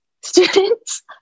students